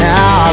Now